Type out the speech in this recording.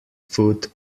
food